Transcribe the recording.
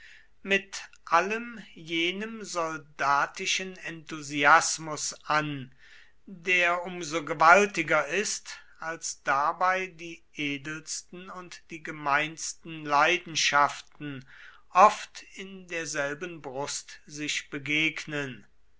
mit allem jenem soldatischen enthusiasmus an der um so gewaltiger ist als dabei die edelsten und die gemeinsten leidenschaften oft in derselben brust sich begegnen